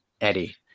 Eddie